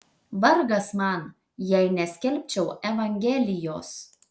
vargas man jei neskelbčiau evangelijos